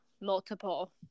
multiple